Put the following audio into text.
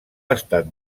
estat